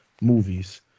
movies